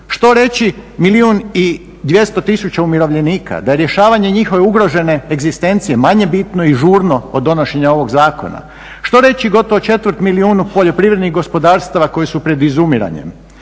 Što reći milijun i 200 tisuća umirovljenika, da je rješavanje njihove ugrožene egzistencije manje bitno i žurno od donošenja ovog zakona? Što reći gotovo četvrt milijunu poljoprivrednih gospodarstava koji su pred izumiranjem?